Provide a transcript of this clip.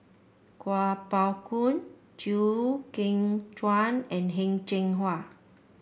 Kuo Pao Kun Chew Kheng Chuan and Heng Cheng Hwa